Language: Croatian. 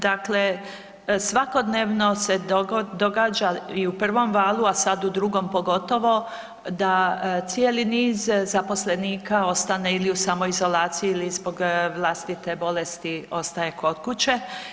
Dakle, svakodnevno se događa i u prvom valu, a sad u drugom pogotovo da cijeli niz zaposlenika ostane ili u samoizolaciji ili zbog vlastite bolesti ostaje kod kuće.